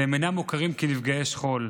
והם אינם מוכרים כנפגעי שכול.